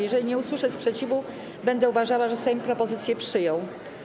Jeżeli nie usłyszę sprzeciwu, będę uważała, że Sejm propozycję przyjął.